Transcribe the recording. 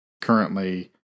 Currently